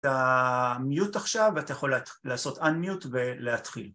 אתה מיוט עכשיו ואתה יכול לעשות אן מיוט ולהתחיל.